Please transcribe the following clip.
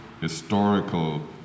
historical